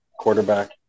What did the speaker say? quarterback